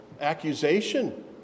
accusation